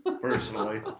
personally